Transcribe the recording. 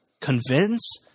Convince